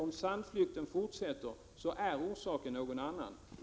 Om sandflykten fortsätter, är orsaken någon annan.